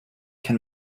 can